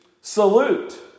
Salute